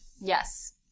Yes